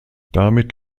damit